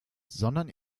sondern